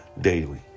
daily